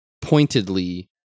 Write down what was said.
pointedly